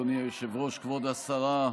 אדוני היושב-ראש, כבוד השרה,